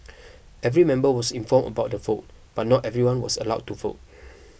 every member was informed about the vote but not everyone was allowed to vote